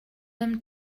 them